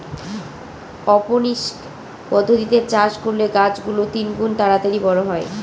অরপনিক্স পদ্ধতিতে চাষ করলে গাছ গুলো তিনগুন তাড়াতাড়ি বড়ো হয়